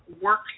work